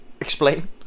explain